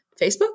Facebook